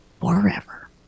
forever